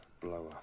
Blower